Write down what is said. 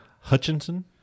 Hutchinson